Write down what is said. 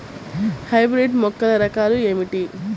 Hybrid మొక్కల రకాలు ఏమిటీ?